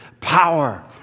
Power